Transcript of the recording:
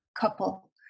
couple